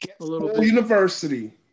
university